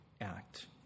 act